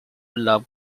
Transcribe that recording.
love